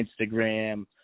Instagram